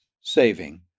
saving